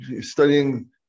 studying